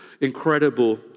incredible